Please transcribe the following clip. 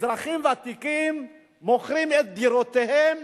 אזרחים ותיקים מוכרים את דירותיהם